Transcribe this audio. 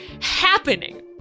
happening